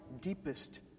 deepest